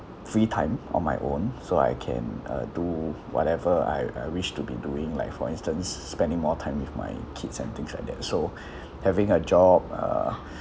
free time on my own so I can uh do whatever I I wish to be doing like for instance spending more time with my kids and things like that so having a job uh